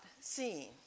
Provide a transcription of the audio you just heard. seeing